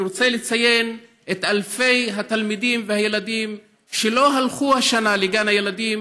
אני רוצה לציין את אלפי התלמידים והילדים שלא הלכו השנה לגן הילדים